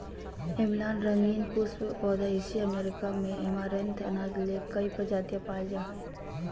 अम्लान रंगीन पुष्प पौधा एशिया अमेरिका में ऐमारैंथ अनाज ले कई प्रजाति पाय जा हइ